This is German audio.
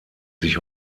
sich